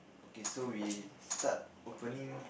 okay so we start opening